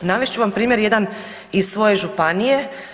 Navest ću vam primjer jedan iz svoje županije.